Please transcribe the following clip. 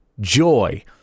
joy